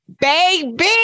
baby